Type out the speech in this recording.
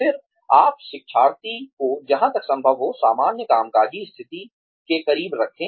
फिर आप शिक्षार्थी को जहां तक संभव हो सामान्य कामकाजी स्थिति के करीब रखें